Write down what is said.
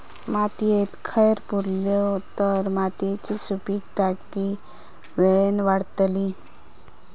मातयेत कैर पुरलो तर मातयेची सुपीकता की वेळेन वाडतली?